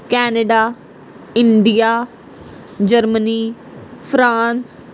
Canada India Germany France